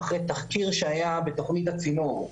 אחרי תחקיר שהיה בתכנית 'הצינור'